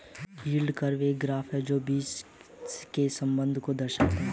yield curve एक graph है जो बीच के संबंध को दर्शाता है